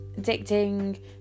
addicting